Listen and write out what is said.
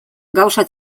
gauza